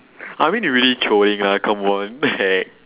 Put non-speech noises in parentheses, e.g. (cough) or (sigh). (laughs) I mean you're really trolling lah come on (breath) the heck